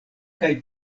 kaj